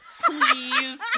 Please